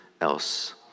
else